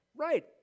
Right